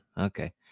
Okay